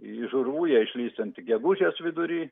iš urvų jie tik išlįs gegužės vidury